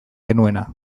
genuena